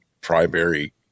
primary